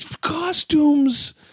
Costumes